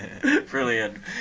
brilliant